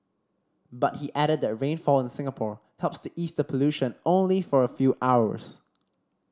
but he added that rainfall in Singapore helps to ease the pollution only for a few hours